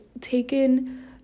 taken